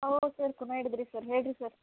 ಹೋ ಸರ್ ಕುನ ಇಡ್ದ್ರಿ ಸರ್ ಹೇಳ್ರಿ ಸರ್